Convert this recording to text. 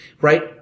right